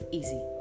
easy।